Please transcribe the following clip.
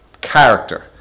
character